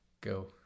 go